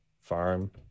farm